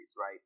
right